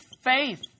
faith